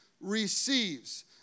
receives